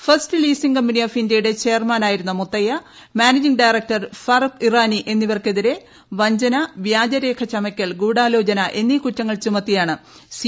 first leasing company of ഇന്ത്യയുടെ ചെയർമാനായിരുന്ന Muthiah managing director Farooq Irani എന്നിവർക്കെതിരെ വഞ്ചന വ്യാജരേഖചമയ്ക്കൽ ഗൂഢാലോചന എന്നീ കുറ്റങ്ങൾ ചുമത്തിയാണ് സി